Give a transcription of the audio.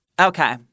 Okay